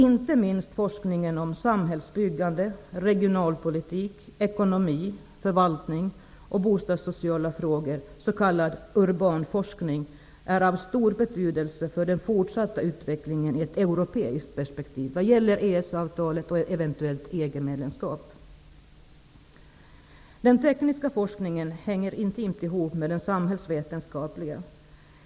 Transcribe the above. Inte minst forskningen om samhällsbyggande, regionalpolitik, ekonomi, förvaltning och bostadssociala frågor, s.k. urbanforskning, är av stor betydelse för den fortsatta utvecklingen, sett i ett europeiskt perspektiv när det gäller EES-avtalet och ett eventuellt EG-medlemskap. Den tekniska forskningen hänger intimt samman med den samhällsvetenskapliga.